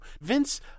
Vince